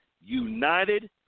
United